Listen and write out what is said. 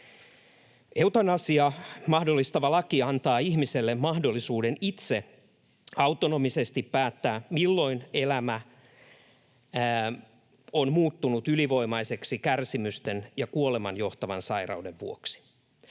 Eutanasian mahdollistava laki antaa ihmiselle mahdollisuuden itse, autonomisesti päättää, milloin elämä on muuttunut ylivoimaiseksi kärsimysten ja kuolemaan johtavan sairauden vuoksi.